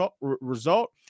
result